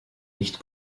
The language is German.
nicht